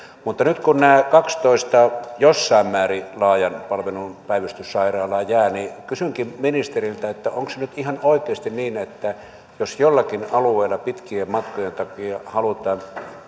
mutta nyt kun nämä kaksitoista jossain määrin laajan palvelun päivystyssairaalaa jäävät niin kysynkin ministeriltä onko nyt ihan oikeasti niin että jos jollakin alueella pitkien matkojen takia halutaan